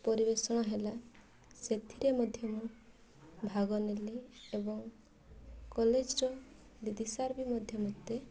ପରିବେଷଣ ହେଲା ସେଥିରେ ମଧ୍ୟ ମୁଁ ଭାଗ ନେଲି ଏବଂ କଲେଜ୍ର ଦିଦି ସାର୍ ବି ମଧ୍ୟ ମୋତେ